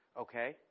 okay